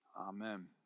Amen